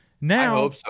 now